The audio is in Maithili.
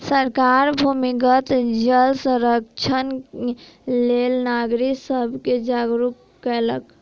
सरकार भूमिगत जल संरक्षणक लेल नागरिक सब के जागरूक केलक